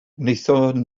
wnaethon